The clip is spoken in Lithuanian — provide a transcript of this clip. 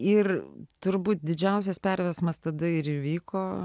ir turbūt didžiausias perversmas tada ir įvyko